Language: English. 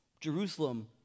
Jerusalem